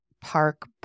Park